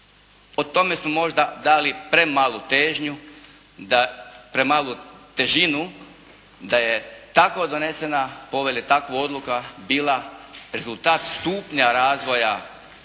premalu težnju da, premalu težinu da je takva donesena Povelja, takva odluka bila rezultat stupnja razvoja